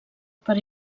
per